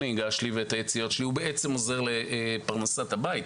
הנהיגה שלו ואת היציאות שלו בעצם עוזר לפרנסת הבית.